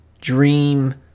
dream